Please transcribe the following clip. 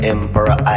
Emperor